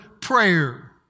prayer